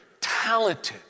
Talented